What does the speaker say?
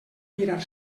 mirar